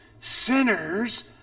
sinners